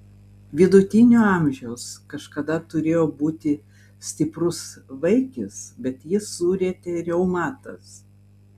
vidutinio amžiaus kažkada turėjo būti stiprus vaikis bet jį surietė reumatas